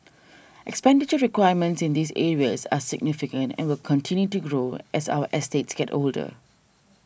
expenditure requirements in these areas are significant and will continue to grow as our estates get older